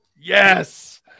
Yes